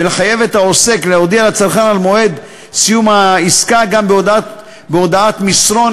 ולחייב את העוסק להודיע לצרכן על מועד סיום העסקה גם בהודעת מסרון,